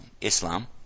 Islam